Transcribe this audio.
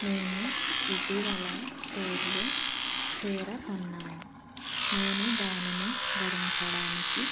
నేను ఇటీవల స్టోర్లో చీర కొన్నాను నేను దాన్ని ధరించడానికి